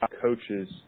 coaches